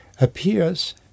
appears